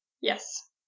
Yes